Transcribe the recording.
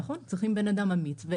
נכון, צריך אדם אמיץ.